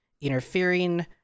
interfering